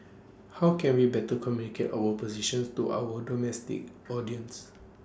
how can we better communicate our positions to our domestic audience